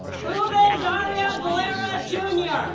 ruben dario valera, jr.